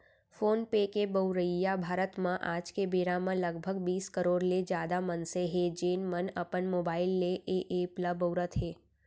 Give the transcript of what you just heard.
phone पे के बउरइया भारत म आज के बेरा म लगभग बीस करोड़ ले जादा मनसे हें, जेन मन अपन मोबाइल ले ए एप ल बउरत हें